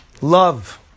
love